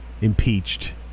impeached